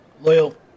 Loyal